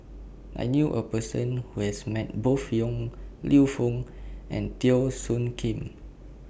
I knew A Person Who has Met Both Yong Lew Foong and Teo Soon Kim